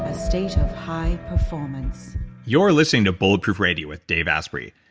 ah state of high performance you're listening to bulletproof radio with dave asprey.